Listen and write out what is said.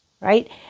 right